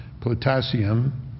Potassium